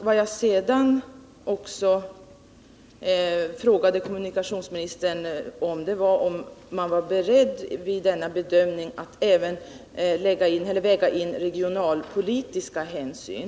Jag ställde sedan till kommunikationsministern frågan om man är beredd att vid denna bedömning även väga in regionalpolitiska hänsyn.